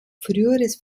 früheres